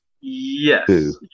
Yes